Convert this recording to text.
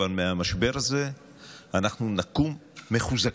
אבל מהמשבר הזה אנחנו נקום מחוזקים.